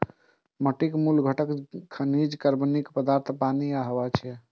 माटिक मूल घटक खनिज, कार्बनिक पदार्थ, पानि आ हवा छियै